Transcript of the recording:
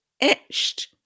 etched